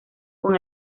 con